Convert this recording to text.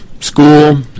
school